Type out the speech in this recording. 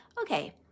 okay